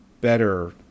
better